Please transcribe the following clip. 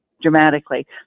Dramatically